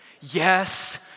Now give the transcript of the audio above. Yes